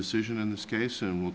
decision in this case and